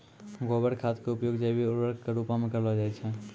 गोबर खाद के उपयोग जैविक उर्वरक के रुपो मे करलो जाय छै